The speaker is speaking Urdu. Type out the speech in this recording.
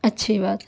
اچھی بات ہے